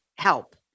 Help